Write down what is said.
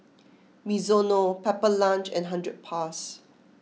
Mizuno Pepper Lunch and hundred plus